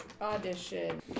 audition